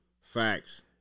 Facts